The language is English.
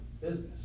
business